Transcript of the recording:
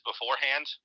beforehand